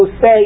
say